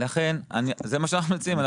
זה מה שאנחנו מציעים.